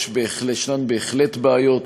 ישנן בהחלט בעיות,